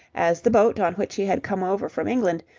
as the boat on which he had come over from england,